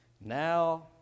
now